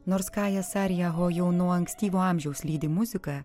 nors kaiją sarijaho jau nuo ankstyvo amžiaus lydi muzika